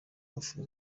w’afurika